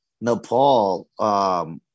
Nepal